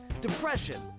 depression